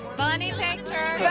funny picture!